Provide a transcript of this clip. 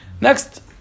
Next